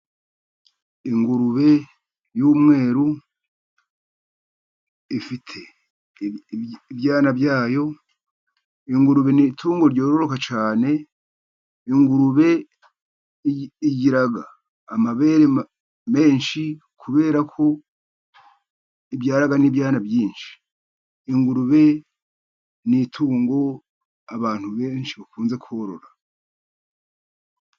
Ingurube y'umweru ifite ibyana byayo, ingurube n'itungo ryororoka cyane. Ingurube igira amabere menshi kubera ko ibyara n'ibyana byinshi, ingurube n'itungo abantu benshi bakunze korora.